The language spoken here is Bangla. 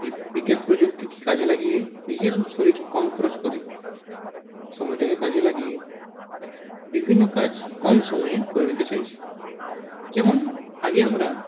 এই বিজ্ঞান প্রযুক্তিকে কাজে লাগিয়ে নিজের শরীর কম খরচ করে সময়টাকে কাজে লাগিয়ে বিভিন্ন কাজ কম সময় করে নিতে চাইছি যেমন আগে আমরা